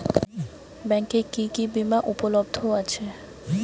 ব্যাংকে কি কি বিমা উপলব্ধ আছে?